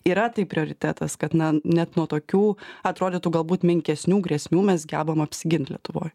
yra tai prioritetas kad na net nuo tokių atrodytų galbūt menkesnių grėsmių mes gebam apsigint lietuvoj